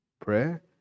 Prayer